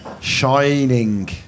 Shining